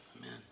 Amen